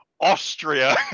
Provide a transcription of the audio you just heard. Austria